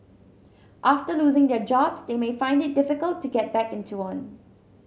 after losing their jobs they may find it difficult to get back into one